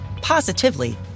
positively